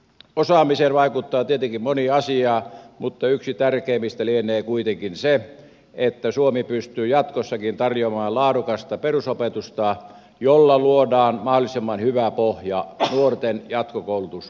osaamiseen vaikuttaa tietenkin moni asia mutta yksi tärkeimmistä lienee kuitenkin se että suomi pystyy jatkossakin tarjoamaan laadukasta perusopetusta jolla luodaan mahdollisimman hyvä pohja nuorten jatkokoulutusmahdollisuuksille